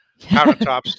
countertops